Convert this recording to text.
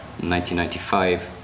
1995